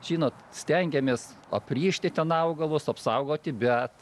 žinot stengiamės aprišti ten augalus apsaugoti bet